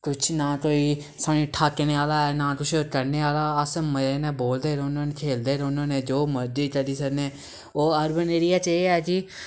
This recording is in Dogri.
कुछ ना कोई सानू ठाकने आह्ला ऐ ना कुछ होर करने आह्ला अस मज़े ने बोलदे रौह्न्ने होन्ने खेलदे रौंह्दे रौह्न्ने होन्ने जो मर्जी करी सकने ओह् अर्बन एरिया च एह् ऐ कि